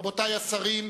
רבותי השרים,